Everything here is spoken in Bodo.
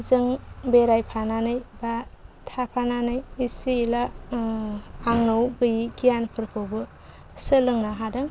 जों बेरायफानानै बा थाफानानै एसे एला आंनाव बै गियानफोरखौबो सोलोंनो हादों